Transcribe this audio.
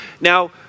Now